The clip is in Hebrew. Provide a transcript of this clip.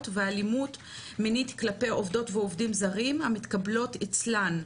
ואלימות מינית כלפי עובדות ועובדים זרים המתקבלות אצלם.